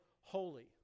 holy